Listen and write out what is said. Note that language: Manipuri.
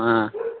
ꯑꯥ